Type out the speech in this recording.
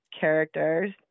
characters